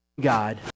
God